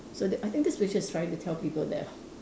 so that I think this picture is trying to tell people that